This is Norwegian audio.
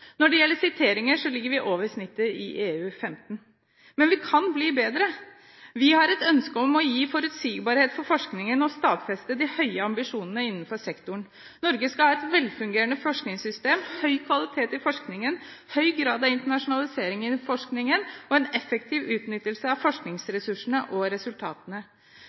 Når det gjelder siteringer, ligger vi over gjennomsnittet i EU-15. Men vi kan bli bedre. Vi har et ønske om å gi forutsigbarhet for forskningen og stadfeste de høye ambisjonene innenfor sektoren. Norge skal ha et velfungerende forskningssystem, høy kvalitet i forskningen, høy grad av internasjonalisering i forskningen og en effektiv utnyttelse av forskningsressursene og